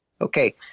Okay